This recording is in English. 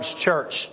church